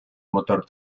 motor